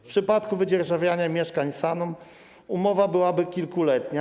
W przypadku wydzierżawiania mieszkań SAN-om umowa byłaby kilkuletnia.